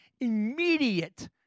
immediate